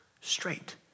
straight